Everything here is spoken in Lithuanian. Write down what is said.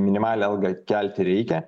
minimalią algą kelti reikia